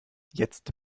jetzt